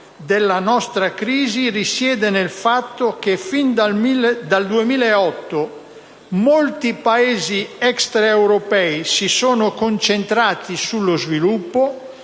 secondario della nostra crisi risiede nel fatto che, fin dal 2008, molti Paesi extraeuropei si sono concentrati sullo sviluppo,